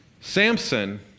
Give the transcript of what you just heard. Samson